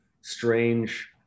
strange